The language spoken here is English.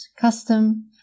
custom